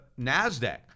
NASDAQ